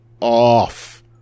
off